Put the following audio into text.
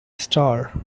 star